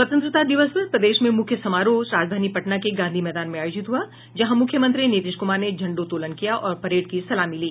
स्वतंत्रता दिवस पर प्रदेश में मूख्य समारोह राजधानी पटना के गांधी मैदान में आयोजित हुआ जहां मुख्यमंत्री नीतीश कुमार ने झंडोत्तोलन किया और परेड की सलामी ली